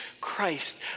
Christ